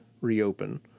reopen